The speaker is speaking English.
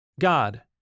God